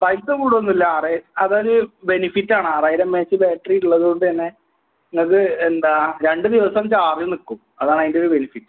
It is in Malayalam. പൈസ കൂടുന്നില്ല ആറാ അതൊരു ബെനിഫിറ്റാണ് ആറായിരം എം ഐ എച് ബാറ്ററിയിള്ളതുകൊണ്ടുതന്നെ നിങ്ങൾക്ക് എന്താ രണ്ട് ദിവസം ചാർജ് നിൽക്കും അതാണയിൻ്റെയൊരു ബെനിഫിറ്റ്